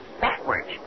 Backwards